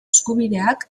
eskubideak